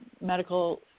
medical